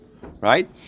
Right